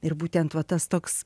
ir būtent va tas toks